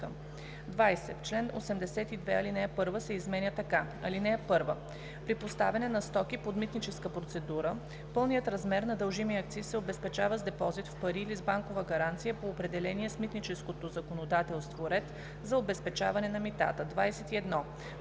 20. В чл. 82, ал. 1 се изменя така: „(1) При поставяне на стоки под митническа процедура пълният размер на дължимия акциз се обезпечава с депозит в пари или с банкова гаранция по определения с митническото законодателство ред за обезпечаване на митата.“ 21.